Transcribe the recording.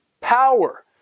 power